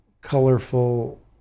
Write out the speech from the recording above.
colorful